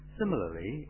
similarly